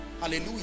hallelujah